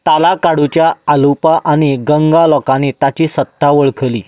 तालाकाडूच्या आलूपा आनी गंगा लोकांनी ताची सत्ता वळखली